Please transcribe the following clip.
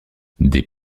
des